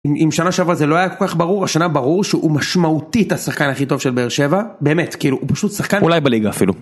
אם שנה שבע זה לא היה כל כך ברור, השנה ברור שהוא משמעותית השחקן הכי טוב של באר שבע, באמת, כאילו, הוא פשוט שחקן אולי בליגה אפילו.